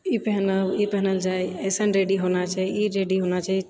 ई पहिनब ई पहिनल जाए अइसन रेडी होना चाही ई रेडी होना चाही